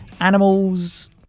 animals